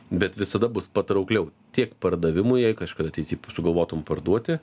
bet visada bus patraukliau tiek pardavimui jei kažkada ateity sugalvotum parduoti